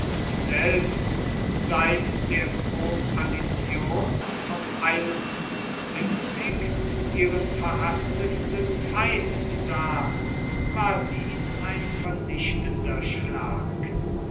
selbst seit der koalition von ihren verhaßtesten feind sah war dies ein vernichtender schlag